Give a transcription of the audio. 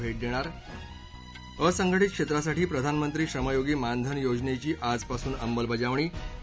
भेट देणार असंघटित क्षेत्रासाठी प्रधानमंत्री श्रमयोगी मानधन योजनेची आजपासून अंमलबजावणी आणि